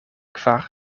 kvar